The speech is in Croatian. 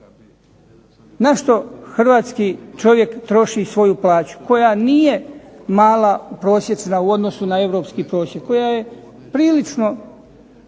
Na što hrvatski čovjek troši svoju plaću koja nije mala prosječna u odnosu na europski prosjek, koja je prilično